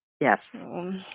Yes